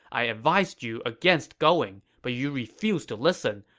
i advised you against going, but you refused to listen.